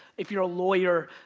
if you're a lawyer,